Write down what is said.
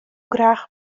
graach